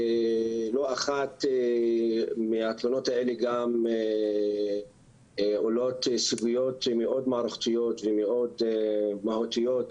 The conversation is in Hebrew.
מהתלונות האלה לא אחת עולות סוגיות מאוד מערכתיות ומאוד מהותיות,